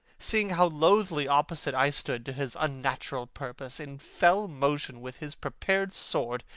seeing how loathly opposite i stood to his unnatural purpose, in fell motion with his prepared sword,